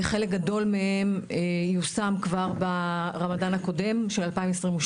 חלק גדול מהן יושם כבר ברמדאן הקודם של 2022,